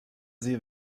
sie